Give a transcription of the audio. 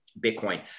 Bitcoin